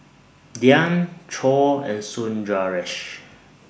Dhyan Choor and Sundaresh